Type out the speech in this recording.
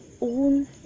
own